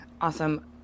awesome